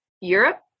Europe